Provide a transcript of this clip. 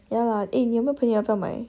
ya lah eh 你有没有朋友要不要买